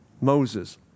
Moses